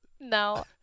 No